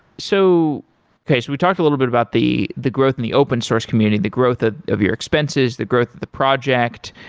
so we talked a little bit about the the growth in the open source community, the growth ah of your expenses, the growth of the project.